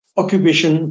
occupation